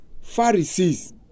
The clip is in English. Pharisees